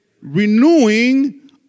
renewing